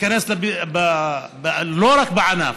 להיכנס לא רק בענף,